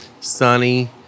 sunny